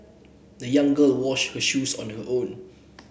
the young girl washed her shoes on her own